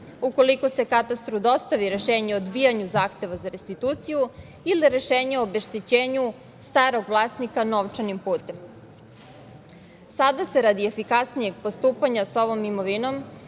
ukoliko se katastru dostavi rešenje o odbijanju zahteva za restituciju ili rešenje o obeštećenju starog vlasnika novčanim putem. Sada se radi efikasnijeg postupanja sa ovom imovinom